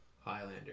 Highlander